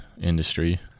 industry